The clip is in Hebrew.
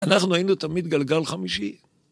אנחנו היינו תמיד גלגל חמישי.